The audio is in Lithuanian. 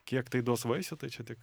kiek tai duos vaisių tai čia tik